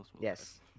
yes